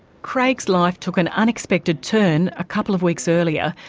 craig's life took an unexpected turn a couple of weeks earlier,